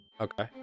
Okay